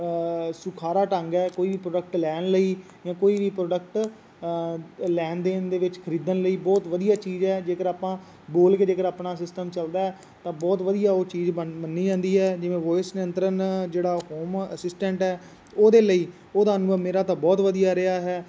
ਸੁਖਾਲਾ ਢੰਗ ਹੈ ਕੋਈ ਵੀ ਪ੍ਰੋਡਕਟ ਲੈਣ ਲਈ ਜਾਂ ਕੋਈ ਵੀ ਪ੍ਰੋਡਕਟ ਲੈਣ ਦੇਣ ਦੇ ਵਿੱਚ ਖਰੀਦਣ ਲਈ ਬਹੁਤ ਵਧੀਆ ਚੀਜ਼ ਹੈ ਜੇਕਰ ਆਪਾਂ ਬੋਲ ਕੇ ਜੇਕਰ ਆਪਣਾ ਸਿਸਟਮ ਚੱਲਦਾ ਤਾਂ ਬਹੁਤ ਵਧੀਆ ਉਹ ਚੀਜ਼ ਬਣ ਮੰਨੀ ਜਾਂਦੀ ਹੈ ਜਿਵੇਂ ਵੋਇਸ ਨਿਯੰਤਰਣ ਜਿਹੜਾ ਹੋਮ ਅਸਿਸਟੈਂਟ ਹੈ ਉਹਦੇ ਲਈ ਉਹਦਾ ਅਨੁਭਵ ਮੇਰਾ ਤਾਂ ਬਹੁਤ ਵਧੀਆ ਰਿਹਾ ਹੈ